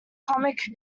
comic